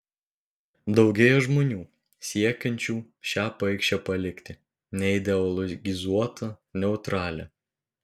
daugėja žmonių siekiančių šią paikšę palikti neideologizuota neutralia